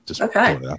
Okay